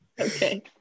Okay